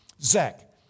Zach